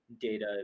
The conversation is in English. data